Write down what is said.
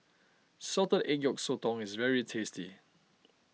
Salted Egg Yolk Sotong is very tasty